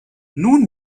nun